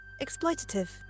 exploitative